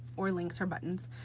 or links or buttons,